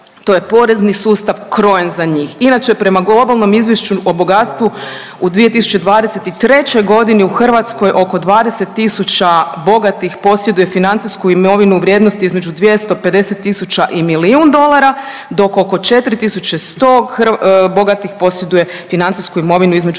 to je porezni sustav krojen za njih. Inače, prema globalnom izvješću o bogatstvu, u 2023. g. u Hrvatskoj oko 20 tisuća bogatih posjeduje financijsku imovinu u vrijednosti između 250 tisuća i milijun dolara, dok oko 4 100 bogatih posjeduje financijsku imovinu između